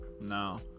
No